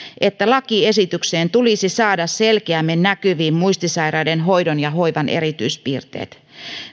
että lakiesitykseen tulisi saada selkeämmin näkyviin muistisairaiden hoidon ja hoivan erityispiirteet